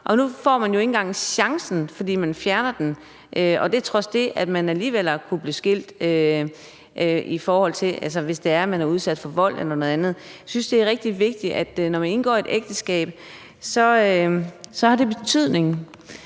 og nu får de jo ikke engang chancen, fordi man fjerner den, og det på trods af, at de alligevel har kunnet blive skilt, hvis det var, at de var udsat for vold eller noget andet. Jeg synes, det er rigtig vigtigt, når man indgår et ægteskab, og det har betydning,